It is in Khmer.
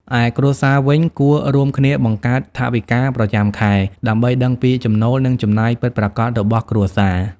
ឯគ្រួសារវិញគួររួមគ្នាបង្កើតថវិកាប្រចាំខែ ដើម្បីដឹងពីចំណូល និងចំណាយពិតប្រាកដរបស់គ្រួសារ។